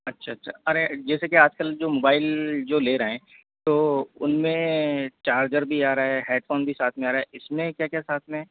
अच्छा अच्छा अरे जैसे कि आजकल जो मोबाइल जो ले रहे हैं तो उनमें चार्जर भी आ रहा है हैडफ़ोन भी साथ आ रहा है इसमें क्या क्या साथ में है